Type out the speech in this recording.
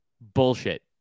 bullshit